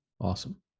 Awesome